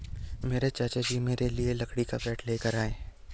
मेरे चाचा जी मेरे लिए लकड़ी का बैट लेकर आए